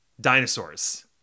dinosaurs